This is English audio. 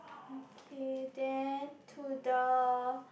okay then to the